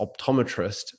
optometrist